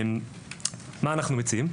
מה אנחנו מציעים?